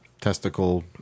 Testicle